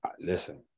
Listen